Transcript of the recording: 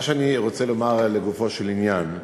מה שאני רוצה לומר, לגופו של עניין: